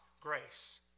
grace